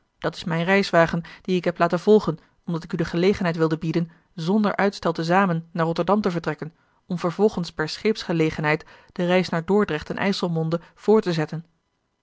dat is mijn reiswagen dien ik heb laten volgen omdat ik u de gelegenheid wilde bieden zonder uitstel te zamen naar rotterdam te vertrekken om vervolgens per scheepsgelegenheid de reis naar dordrecht en ijsselmonde voort te zetten